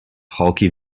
husky